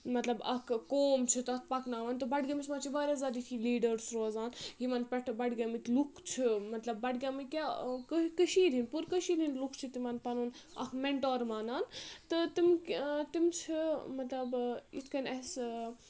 مطلب اَکھ قوم چھِ تَتھ پَکناوان تہٕ بَڈگٲمِس منٛز چھِ واریاہ زیادٕ یُتھُے لیٖڈٲرٕس روزان یِمَن پؠٹھ بَڈگامٕکۍ لُکھ چھِ مطلب بَڈگامٕکۍ کیاہ کٔشیٖر ہِنٛدۍ پوٗرٕ کٔشیٖر ہِنٛدۍ لُکھ چھِ تِمَن پَنُن اَکھ مینٹور مانان تہٕ تِم تِم چھِ مطلب یِتھۍ کٔنۍ اَسہِ